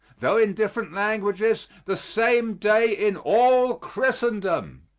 tho in different languages, the same day in all christendom.